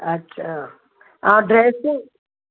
अच्छा ऐं ड्रेसियूं